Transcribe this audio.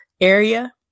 area